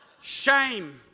Shame